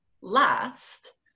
last